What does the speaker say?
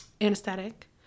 anesthetic